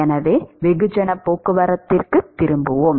எனவே வெகுஜன போக்குவரத்துக்கு திரும்புவோம்